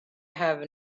have